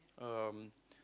um